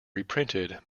reprinted